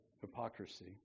hypocrisy